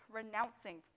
renouncing